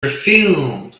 refilled